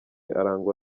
arangwa